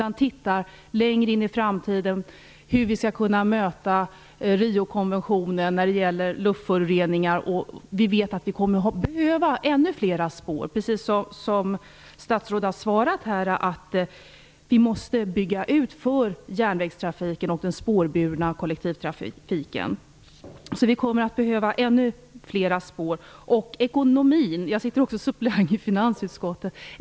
Man skall se längre in i framtiden och tänka på hur vi skall kunna leva upp till Riokonventionen när det gäller luftföroreningar. Vi vet att det kommer att behövas ännu fler spår. Precis som statsrådet har svarat måste vi bygga ut för järnvägstrafiken och den spårburna kollektivtrafiken. Det kommer alltså att behövas ännu fler spår. Jag är också suppleant i finansutskottet.